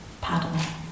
paddle